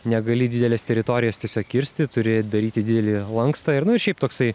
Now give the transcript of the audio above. negali didelės teritorijas tiesiog kirsti turi daryti didelį lankstą nu ir šiaip toksai